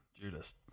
Judas